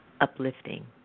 uplifting